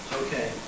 okay